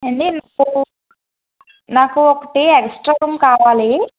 అండి నాకు నాకు ఒకటి ఎక్స్ట్రా రూమ్ కావాలి